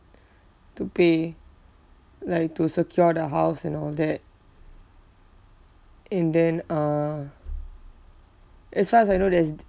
to pay like to secure the house and all that and then uh as far as I know there's